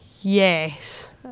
Yes